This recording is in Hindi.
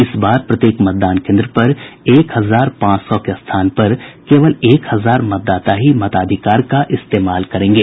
इस बार प्रत्येक मतदान केंद्र पर एक हजार पांच सौ के स्थान पर केवल एक हजार मतदाता ही मताधिकार का इस्तेमाल करेंगे